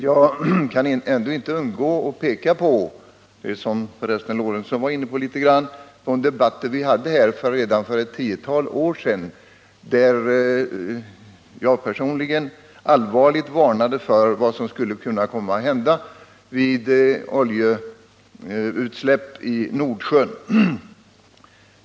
Jag kan ändå inte undgå att peka på de debatter vi hade redan för ett tiotal år sedan — även herr Lorentzon var inne på detta — där jag personligen allvarligt varnade för vad som skulle kunna komma att hända vid oljeutsläpp i Nordsjön.